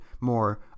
more